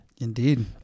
Indeed